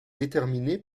déterminé